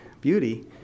beauty